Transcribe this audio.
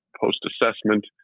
post-assessment